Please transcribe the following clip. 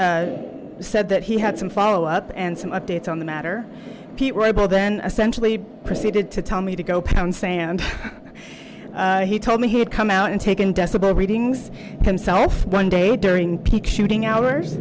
and said that he had some follow up and some updates on the matter pete roybal then essentially proceeded to tell me to go pound sand he told me he had come out and taken decibel readings himself one day during peak shooting hours